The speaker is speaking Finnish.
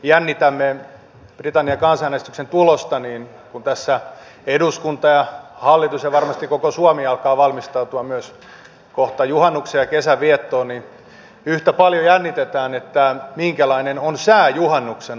paitsi että jännitämme britannian kansanäänestyksen tulosta niin kun tässä eduskunta ja hallitus ja varmasti koko suomi alkaa kohta valmistautua myös juhannuksen ja kesän viettoon yhtä paljon jännitetään että minkälainen on sää juhannuksena